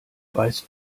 weißt